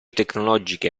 tecnologiche